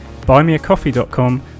buymeacoffee.com